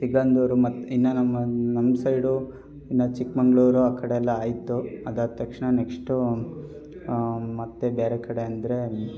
ಸಿಗಂದೂರು ಮತ್ತು ಇನ್ನು ನಮ್ಮ ನಮ್ಮ ಸೈಡು ಇನ್ನು ಚಿಕ್ಮಗ್ಳೂರು ಆ ಕಡೆ ಎಲ್ಲ ಆಯಿತು ಅದಾದ ತಕ್ಷಣ ನೆಕ್ಷ್ಟು ಮತ್ತು ಬೇರೆ ಕಡೆ ಅಂದರೆ